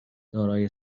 دارای